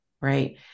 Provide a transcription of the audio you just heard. right